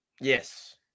Yes